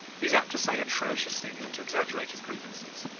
he is apt to say atrocious things and to exaggerate his grievances.